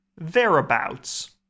Thereabouts